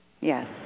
Yes